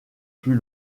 plus